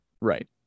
right